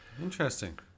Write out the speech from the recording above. interesting